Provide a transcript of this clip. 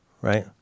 right